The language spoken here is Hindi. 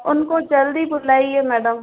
उनको जल्दी बुलाइए मैडम